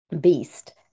beast